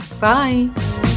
Bye